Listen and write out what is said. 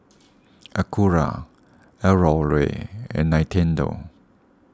Acura L'Oreal and Nintendo